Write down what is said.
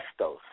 Estos